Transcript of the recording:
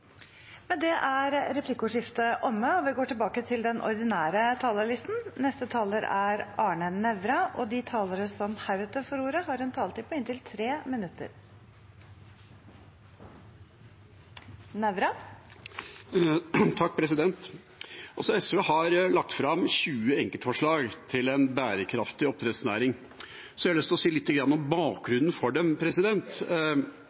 Replikkordskiftet er omme. De talere som heretter får ordet, har en taletid på inntil 3 minutter. SV har lagt fram 20 enkeltforslag til en bærekraftig oppdrettsnæring. Jeg har lyst til å si lite grann om